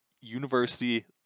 University